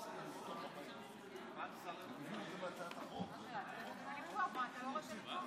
עם עופר כסיף לא הצלחתי.